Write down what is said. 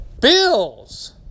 Bills